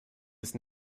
ist